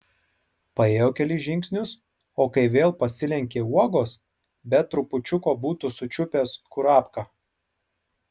paėjo kelis žingsnius o kai vėl pasilenkė uogos be trupučiuko būtų sučiupęs kurapką